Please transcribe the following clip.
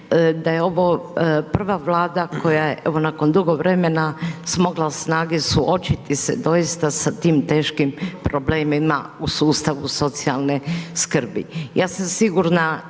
da je ovo prva Vlada koja je nakon dugo vremena smogla snage suočiti se doista sa tim teškim problemima u sustavu socijalne skrbi. Ja sam sigurna